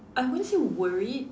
I won't say worried